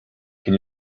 can